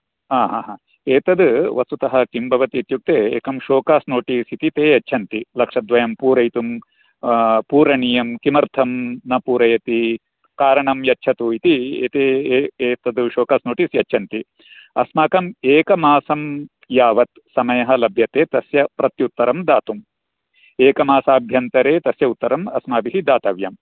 आ हा हा एतत् वस्तुतः किं भवति इत्युक्ते एकं शो कास् नोटीस् इति ते यच्छन्ति लक्षं पूरयितुं पूरणीयं किमर्थं न पूरयति कारणं यच्छतु इति एतत् शो कास् नोटीस् यच्छन्ति अस्माकं एकमासं यावत् समयः लभ्यते तस्य प्रत्युत्तरं दातुं एकमासाभ्यन्तरे तस्य उत्तरं अस्माभिः दातव्यं